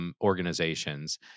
organizations